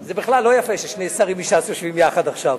זה בכלל לא יפה ששני שרים מש"ס יושבים עכשיו יחד.